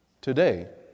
Today